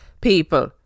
people